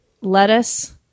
lettuce